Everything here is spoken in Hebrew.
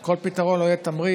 ושכל פתרון לא יהיה תמריץ